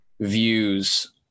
views